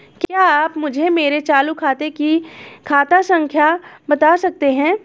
क्या आप मुझे मेरे चालू खाते की खाता संख्या बता सकते हैं?